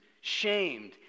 shamed